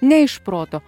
ne iš proto